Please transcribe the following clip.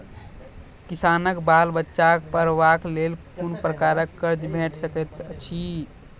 किसानक बाल बच्चाक पढ़वाक लेल कून प्रकारक कर्ज भेट सकैत अछि?